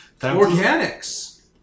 Organics